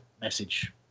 message